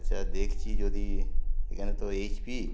আচ্ছা দেখছি যদি এখানে তো এইচ পি